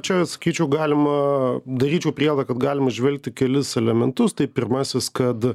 čia sakyčiau galima daryčiau prielaidą kad galim įžvelgti kelis elementus tai pirmasis kad